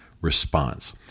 response